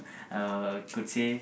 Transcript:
uh could say